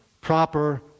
proper